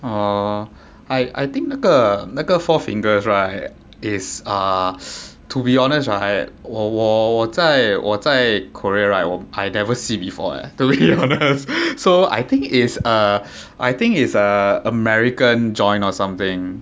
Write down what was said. err I I think 那个那个 four fingers right is a uh to be honest right 我我我在我在 korea right I never see before lah to be honest so I think its a I think its a american joint or something